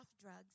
drugs